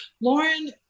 Lauren